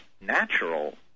natural